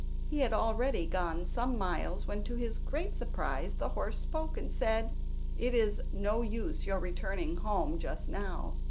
he had already gone some miles when, to his great surprise, the horse spoke, and said it is no use your returning home just now,